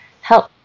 help